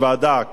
כשרים,